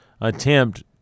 attempt